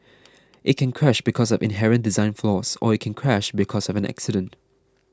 it can crash because of inherent design flaws or it can crash because of an accident